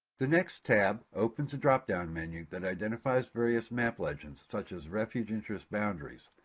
the next tab opens a drop down menu that identifies various map legends such as refuge interest boundaries.